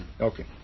Okay